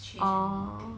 orh